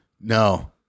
No